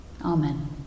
Amen